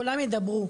שלום,